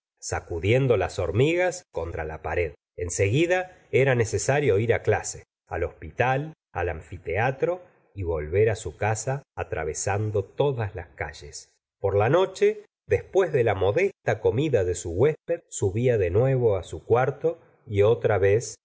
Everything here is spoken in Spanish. sacudiendo las hormigas contra la pared en seguida era necesa rio fr á clase al hospital al anfiteatro y volver su casa atravesando todas las calles por la noche después de la modesta comida de su huésped subía de nuevo su cuarto y otra vez